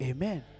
Amen